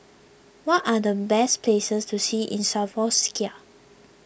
what are the best places to see in Slovakia